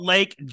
Lake